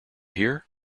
hear